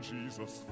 Jesus